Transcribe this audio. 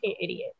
idiot